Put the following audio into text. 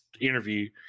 interview